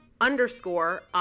underscore